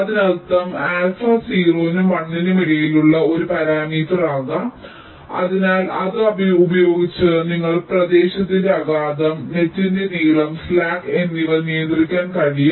അതിനർത്ഥം ആൽഫ 0 നും 1 നും ഇടയിലുള്ള ഒരു പാരാമീറ്ററാകാം അതിനാൽ അത് ഉപയോഗിച്ച് നിങ്ങൾക്ക് പ്രദേശത്തിന്റെ ആഘാതം നെറ്റിന്റെ നീളം സ്ലാക്ക് എന്നിവ നിയന്ത്രിക്കാൻ കഴിയും